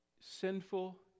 sinful